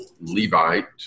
Levite